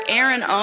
Aaron